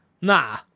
Nah